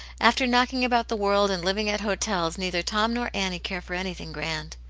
after knocking about the world and living at hotels, neither tom nor annie care for anything grand.